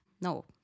No